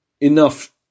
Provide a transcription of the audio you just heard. enough